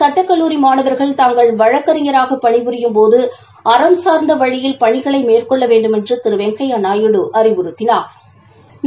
சட்டக்கல்லூரி மாணவா்கள் தாங்கள் வழக்கறிஞராக பணி புரியும் போது அறம் சார்ந்த வழியில் பணிகளை மேற்கொள்ள வேண்டுமென்று திரு வெங்கையா நாயுடு அறிவுறுத்தினாா்